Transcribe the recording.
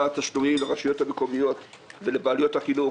תשלומים לרשויות המקומיות ולבעלויות החינוך